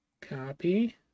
copy